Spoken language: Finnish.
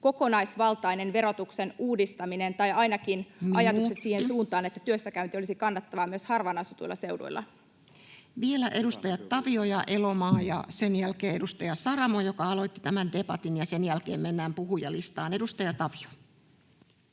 kokonaisvaltainen liikenteen verotuksen uudistaminen, tai ainakin ajatus siihen suuntaan, [Puhemies: Minuutti!] että työssäkäynti olisi kannattavaa myös harvaan asutuilla seuduilla. Vielä edustajat Tavio ja Elomaa, ja sen jälkeen edustaja Saramo, joka aloitti tämän debatin, ja sen jälkeen mennään puhujalistaan. — Edustaja Tavio.